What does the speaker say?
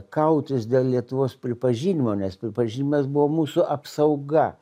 kautis dėl lietuvos pripažinimo nes pripažinimas buvo mūsų apsauga